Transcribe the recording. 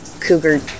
Cougar